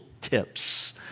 tips